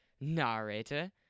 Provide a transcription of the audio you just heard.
narrator